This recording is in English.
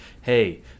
hey